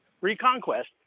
reconquest